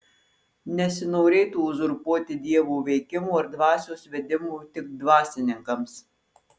nesinorėtų uzurpuoti dievo veikimo ar dvasios vedimo tik dvasininkams